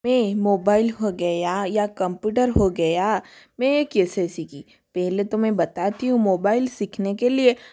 मैं मोबैल हो गया या कंप्यूटर हो गया मैं कैसे सीखी पहले तो में बताती हूँ मोबैल सीखने के लिए